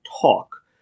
talk